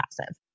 passive